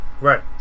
Right